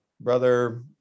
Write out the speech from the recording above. Brother